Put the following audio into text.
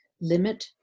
limit